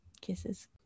Kisses